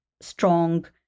strong